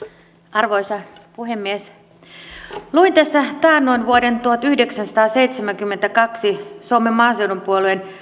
arvoisa puhemies luin tässä taannoin vuoden tuhatyhdeksänsataaseitsemänkymmentäkaksi suomen maaseudun puolueen